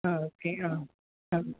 ആ ഓക്കെ ആ